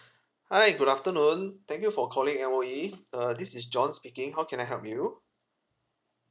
hi good afternoon thank you for calling M_O_E uh this is john speaking how can I help you